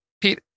Pete